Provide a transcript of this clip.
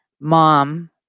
mom